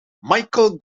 michael